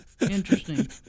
Interesting